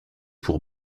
pour